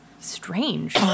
strange